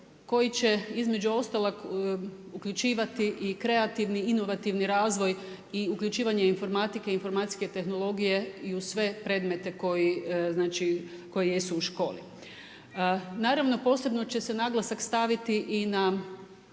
koji će između ostalog uključivati i kreativni inovativni razvoj i uključivanje informatike i informatske tehnologije i u sve predmete koji znači, koji jesu u školi. Naravno posebno će se naglasak staviti i na